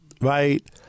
right